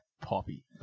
Poppy